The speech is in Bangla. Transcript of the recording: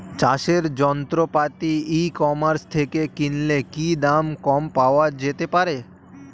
চাষের যন্ত্রপাতি ই কমার্স থেকে কিনলে কি দাম কম পাওয়া যেতে পারে?